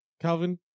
Calvin